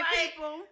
people